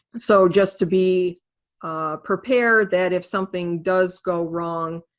so just to be prepared that if something does go wrong,